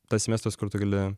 tas semestras kur tu gali